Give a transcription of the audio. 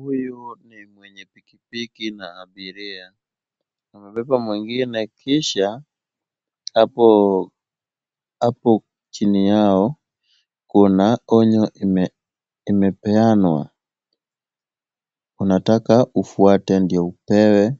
Huyu ni mwenye pikipiki na abiria. Amebeba mwingine kisha hapo chini yao kuna onyo imepeanwa. Unataka ufuate ndio upewe